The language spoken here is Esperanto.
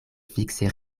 fikse